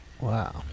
wow